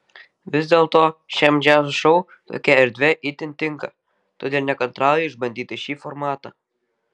vis dėlto šiam džiazo šou tokia erdvė itin tinka todėl nekantrauju išbandyti šį formatą